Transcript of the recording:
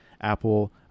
Apple